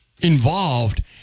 involved